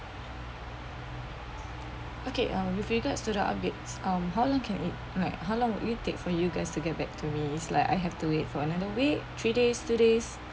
okay uh with regards to the updates um how long can it like how long will you take for you guys to get back to me it's like I have to wait for another week three days three days